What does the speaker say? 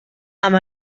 amb